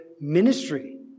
ministry